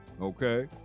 okay